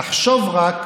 תחשוב רק,